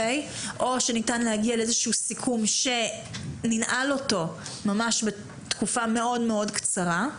או שניתן להגיע לאיזה שהוא סיכום שננעל אותו ממש בתקופה מאוד מאוד קצרה,